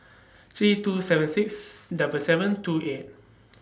three two seven six double seven two eight